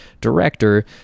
director